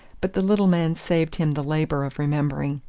but the little man saved him the labour of remembering.